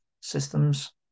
systems